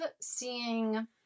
seeing